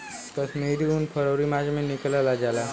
कश्मीरी उन फरवरी मार्च में निकालल जाला